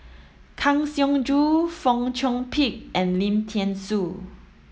Kang Siong Joo Fong Chong Pik and Lim Thean Soo